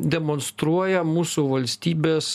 demonstruoja mūsų valstybės